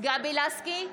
גבי לסקי,